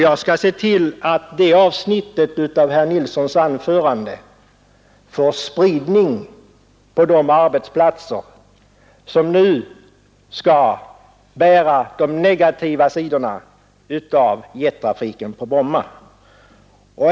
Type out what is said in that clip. Jag skall se till att det avsnittet av herr Nilssons anförande får spridning på de arbetsplatser som nu skall bära de negativa konsekvenserna av jettrafiken på Bromma.